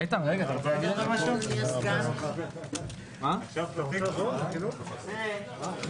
הישיבה ננעלה בשעה 10:39.